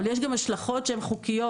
אבל יש גם השלכות שהן חוקיות.